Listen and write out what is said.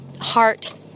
heart